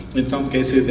in some cases,